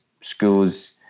schools